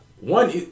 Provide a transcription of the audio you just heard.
One